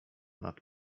nad